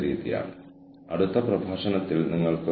കൂടാതെ ഇവിടെ എപ്പോഴും ടെൻഷൻ ഉണ്ട്